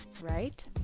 right